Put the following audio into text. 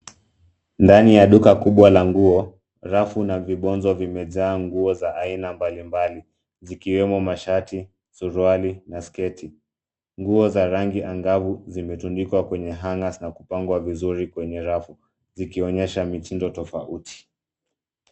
Ndani ya duka kubwa la nguo rafu na vibonzo vimejaa nguo za aina mbalimbali ikiwemo mashati, suruali na sketi. Nguo za rangi angavu zimetundikwa kwenye hanger na kupangwa vizuri kwenye rafu zikionyesha mitindo tofauti.